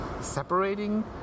separating